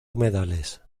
humedales